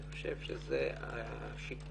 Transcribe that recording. אני חושב שזה השיפוט